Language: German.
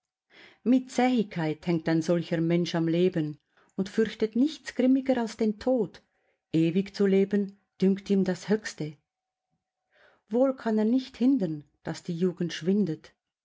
mit zähigkeit hängt ein solcher mensch am leben und fürchtet nichts grimmiger als den tod ewig zu leben dünkt ihm das höchste wohl kann er nicht hindern daß die jugend schwindet